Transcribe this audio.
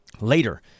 Later